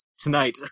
tonight